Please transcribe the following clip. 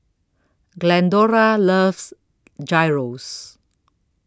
Glendora loves Gyros